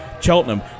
Cheltenham